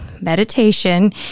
meditation